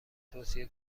توصیه